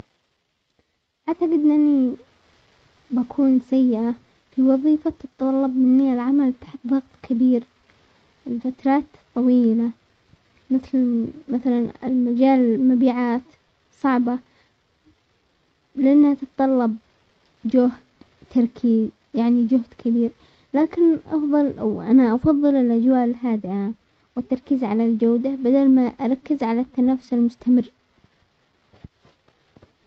بكون سيئة في وظيفة تتطلب مني العمل تحت ضغط كبير، الفترات الطويلة مثل مثلا مجال المبيعات صعبة، ولانها تتطلب جهد تركيز يعني جهد كبير، لكن الافضل وانا افضل الاجواء الهادئة والتركيز على الجودة، بدل ما اركز على التنافس المستمر.